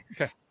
Okay